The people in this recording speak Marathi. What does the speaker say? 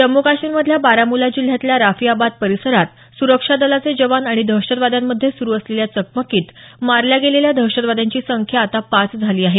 जम्मू काश्मीरमधल्या बारामुछ्रा जिल्ह्यातल्या राफियाबाद परिसरात सुरक्षा दलाचे जवान आणि दहशतवाद्यांमध्ये सुरु असलेल्या चकमकीत मारल्या गेलेल्या दहशतवाद्यांची संख्या आता पाच झाली आहे